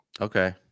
Okay